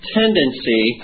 tendency